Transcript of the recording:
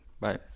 Bye